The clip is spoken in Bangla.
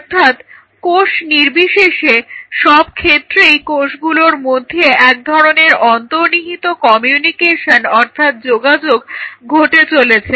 অর্থাৎ কোষ নির্বিশেষে সব ক্ষেত্রেই কোষগুলোর মধ্যে এক ধরনের অন্তর্নিহিত কমিউনিকেশন অর্থাৎ যোগাযোগ ঘটে চলেছে